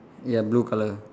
ya blue colour